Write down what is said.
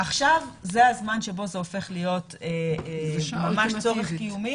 עכשיו זה הזמן שזה הופך ממש צורך קיומי,